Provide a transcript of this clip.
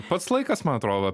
pats laikas man atrodo